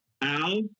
Al